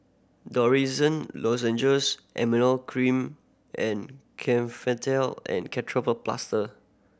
Dorithricin Lozenges Emla Cream and and Ketoprofen Plaster